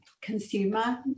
consumer